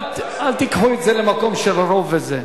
אל תיקחו את זה למקום של רוב וזה.